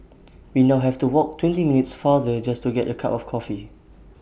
we now have to walk twenty minutes farther just to get A cup of coffee